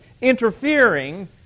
interfering